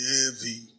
Heavy